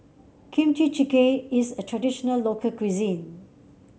Kimchi Jjigae is a traditional local cuisine